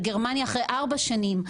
בגרמניה אחרי ארבע שנים,